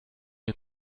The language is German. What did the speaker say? mir